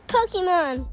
Pokemon